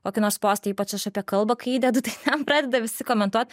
kokį nors postą ypač aš apie kalbą kai įdedu tai ten nepradeda visi komentuot